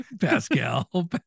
Pascal